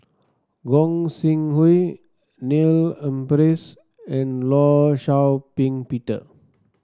Gog Sing Hooi Neil Humphreys and Law Shau Ping Peter